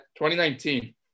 2019